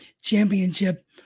championship